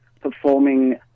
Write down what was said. performing